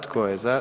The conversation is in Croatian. Tko je za?